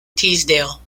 teesdale